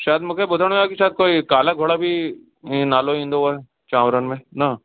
शायद मूंखे ॿुधण में आहियो कि शायद कोई काला घोड़ा बि ईअं नालो ईंदो आहे चांवरनि में न